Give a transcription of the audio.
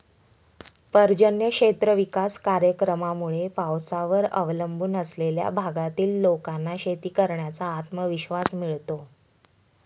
पर्जन्य क्षेत्र विकास कार्यक्रमामुळे पावसावर अवलंबून असलेल्या भागातील लोकांना शेती करण्याचा आत्मविश्वास मिळतो